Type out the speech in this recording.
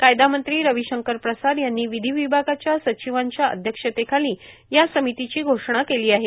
कायदा मंत्री रवी शंकर प्रसाद यांनी विधी विभागाच्या सचिवांच्या अध्यक्षतेखाली या समितीची घोषणा केली आहे